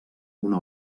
una